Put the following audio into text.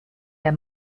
der